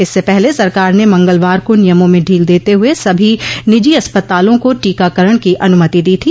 इससे पहले सरकार ने मंगलवार को नियमों में ढील देते हुए सभी निजी अस्पतालों को टीकाकरण की अनुमति दी थी